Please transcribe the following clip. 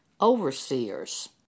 overseers